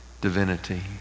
divinity